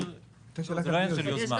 זה לא עניין של יוזמה.